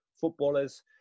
Footballers